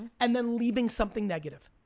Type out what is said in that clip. and then leaving something negative.